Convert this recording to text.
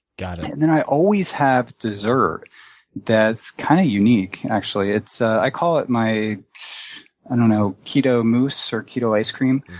got it. and then i always have dessert that's kind of unique actually. i call it my i don't know keto mousse or keto ice cream.